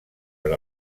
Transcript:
per